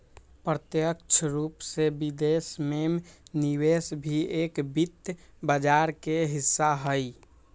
प्रत्यक्ष रूप से विदेश में निवेश भी एक वित्त बाजार के हिस्सा हई